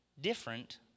different